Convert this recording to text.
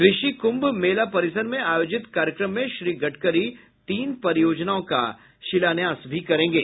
कृषि कुंभ मेला परिसर में आयोजित कार्यक्रम में श्री गडकरी तीन परियोजनाओं का शिलान्यास भी करेंगे